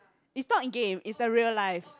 is not game is a real life